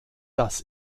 dass